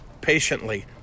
patiently